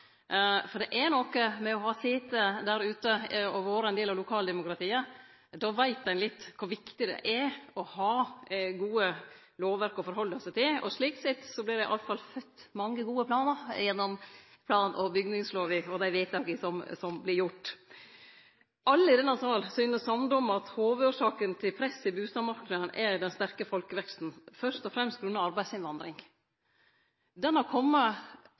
for det er noko med å ha sete der ute og vore ein del av lokaldemokratiet. Då veit ein litt kor viktig det er å ha gode lovverk å forhalde seg til. Slik sett vert det iallfall født mange gode planar gjennom plan- og bygningslova og dei vedtaka som vert gjorde. Alle i denne salen synest å vere samde om at hovudårsaka til presset i bustadmarknaden er den sterke folkeveksten – først og fremst grunna arbeidsinnvandring.